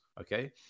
okay